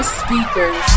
speakers